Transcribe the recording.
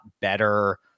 better